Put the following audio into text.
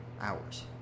hours